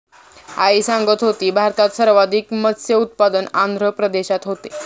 आई सांगत होती, भारतात सर्वाधिक मत्स्य उत्पादन आंध्र प्रदेशात होते